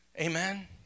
Amen